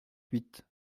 huit